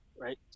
right